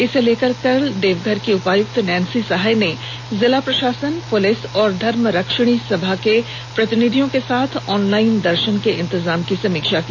इसे लेकर कल देवघर की उपायुक्त नैंसी सहाय ने जिला प्रशासन पुलिस और धर्मरक्षिणी सभा के प्रतिनिधियों के साथ ऑनलाइन दर्शन के इंतजाम की समीक्षा की